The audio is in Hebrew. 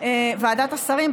ועדת השרים,